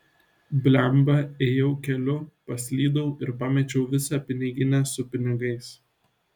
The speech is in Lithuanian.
blemba ėjau keliu paslydau ir pamečiau visą piniginę su pinigais